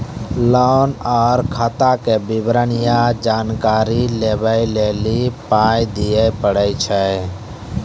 Loan आर खाताक विवरण या जानकारी लेबाक लेल पाय दिये पड़ै छै?